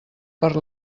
per